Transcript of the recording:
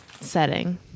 setting